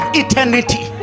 eternity